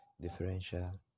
differential